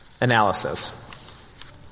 analysis